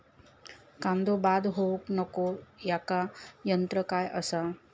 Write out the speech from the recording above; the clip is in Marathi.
कांदो बाद होऊक नको ह्याका तंत्र काय असा?